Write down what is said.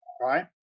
right